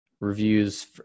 reviews